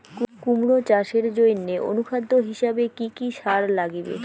কুমড়া চাষের জইন্যে অনুখাদ্য হিসাবে কি কি সার লাগিবে?